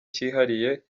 cyihariye